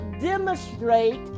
demonstrate